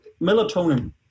melatonin